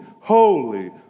holy